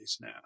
now